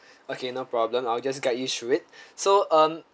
okay no problem I'll just guide you through it so um